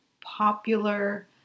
popular